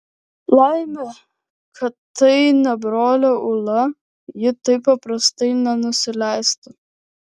laimė kad tai ne brolio ūla ji taip paprastai nenusileistų